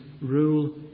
rule